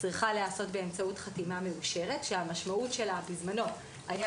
צריכה להיעשות באמצעות חתימה מאושרת שהמשמעות שלה בזמנו הייתה